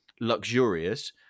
luxurious